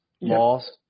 loss